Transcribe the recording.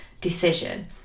decision